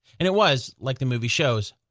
and it was, like the movie shows,